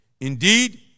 Indeed